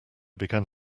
began